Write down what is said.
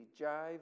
jive